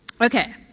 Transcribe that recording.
Okay